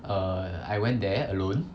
err I went there alone